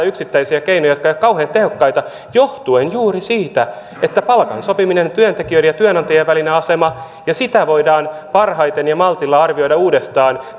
yksittäisiä keinoja jotka eivät ole kauhean tehokkaita johtuen juuri siitä että palkan sopiminen on työntekijöiden ja työnantajien välinen asema ja sitä voidaan parhaiten ja maltilla arvioida uudestaan